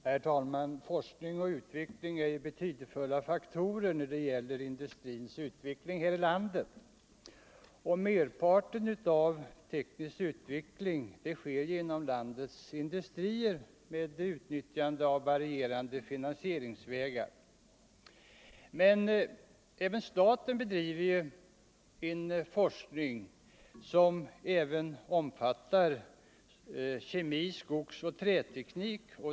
Herr talman! Forskning och utveckling är betydelsefulla faktorer när det gäller industrins utveckling här i landet. Merparten av den tekniska utvecklingen sker genom landets industrier med utnyttjande av varie Nr 125 rande finansieringsvägar. Även staten bedriver en forskning som omfattar Onsdagen den kemi-, skogsoch träteknik.